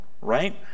Right